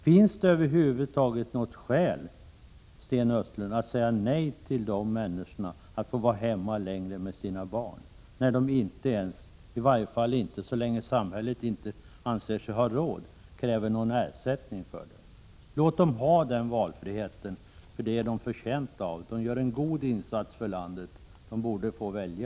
Finns det över huvud taget något skäl, Sten Östlund, att säga nej till de människornas begäran att få vara hemma längre med sina barn, när de inte ens, i varje fall inte så länge samhället inte anser sig ha råd, kräver någon ersättning för detta? Låt dem ha den valfriheten! Den är de förtjänta av. De gör en god insats för landet. De borde få välja.